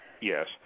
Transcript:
yes